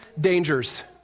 dangers